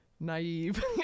naive